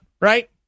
right